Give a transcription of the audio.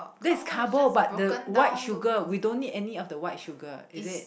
that's carbo but the white sugar we don't need any of the white sugar is it